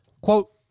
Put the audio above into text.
Quote